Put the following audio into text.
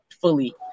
fully